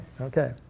Okay